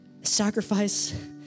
Sacrifice